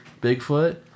Bigfoot